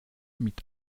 mit